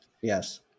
Yes